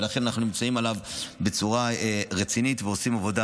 ולכן אנחנו נמצאים עליו בצורה רצינית ועושים עבודה